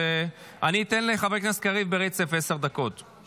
אני אתן לחבר הכנסת קריב עשר דקות ברצף.